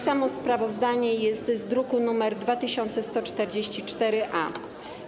Samo sprawozdanie jest z druku nr 2144-A.